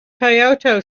kyoto